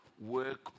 work